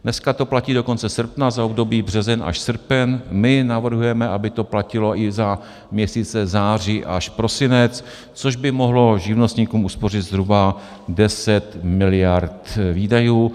Dneska to platí do konce srpna za období březen až srpen, my navrhujeme, aby to platilo i za měsíce září až prosinec, což by mohlo živnostníkům uspořit zhruba 10 miliard výdajů.